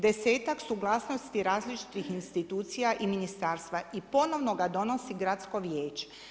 Desetak suglasnosti različitih institucija i ministarstva i ponovno ga donosi gradsko vijeće.